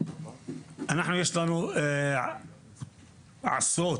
יש לנו עשרות,